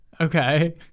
okay